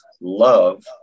Love